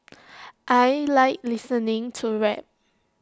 I Like listening to rap